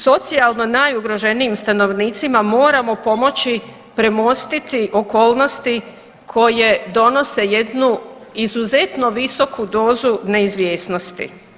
Socijalno najugroženijim stanovnicima moramo pomoći premostiti okolnosti koje donose jednu izuzetno visoku dozu neizvjesnosti.